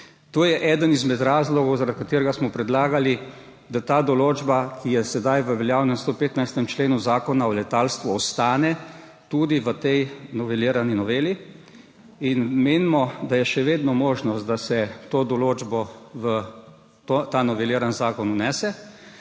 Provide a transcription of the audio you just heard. To je eden izmed razlogov, zaradi katerega smo predlagali, da ta določba, ki je sedaj v veljavnem 115. členu Zakona o letalstvu, ostane tudi v tej novelirani noveli in menimo, da je še vedno možnost, da se vnese to določbo v ta noveliran zakon.